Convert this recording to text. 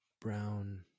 brown